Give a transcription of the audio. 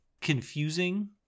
confusing